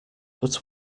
but